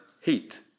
heat